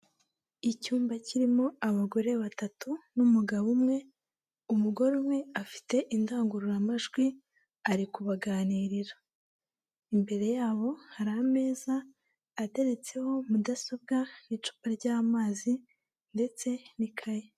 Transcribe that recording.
Icyumba kirimo abagore batatu n'umugabo umwe, umugore umwe afite indangururamajwi ari kubaganirira, imbere yabo hari ameza ateretseho mudasobwa n'icupa ry'amazi ndetse n'ikayi.